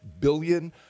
billion